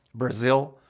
brazil,